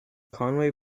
conway